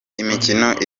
imikino